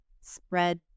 spread